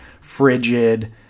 frigid